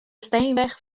steenweg